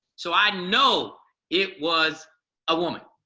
so i know it was a woman.